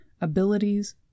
abilities